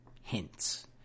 hints